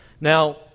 Now